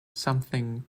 something